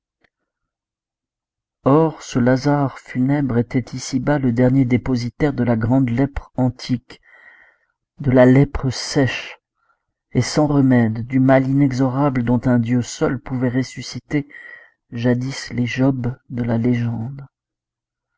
or ce lazare funèbre était ici-bas le dernier dépositaire de la grande lèpre antique de la lèpre sèche et sans remède du mal inexorable dont un dieu seul pouvait ressusciter jadis les jobs de la légende